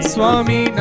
Swami